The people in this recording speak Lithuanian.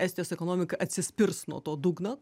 estijos ekonomika atsispirs nuo to dugno